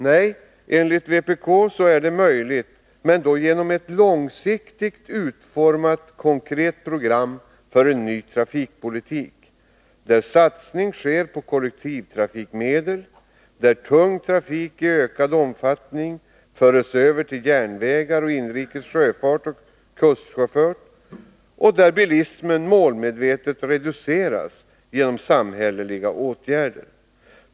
Nej, enligt vpk är detta möjligt, men i så fall genom ett långsiktigt utformat, konkret program för en ny trafikpolitik, där satsning sker på kollektivtrafikmedel, där tung trafik i ökad omfattning förs över till järnvägar, inrikes sjöfart och kustsjöfart samt där bilismen målmedvetet reduceras genom samhälleliga åtgärder.